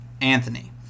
Anthony